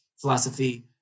philosophy